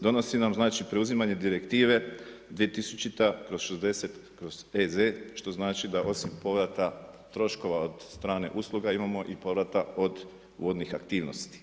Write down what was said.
Donosi nam znači preuzimanje Direktive 2000/60/EZ što znači da osim povrata troškova od strane usluga imamo i povrata od vodnih aktivnosti.